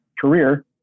career